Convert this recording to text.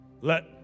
let